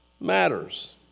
matters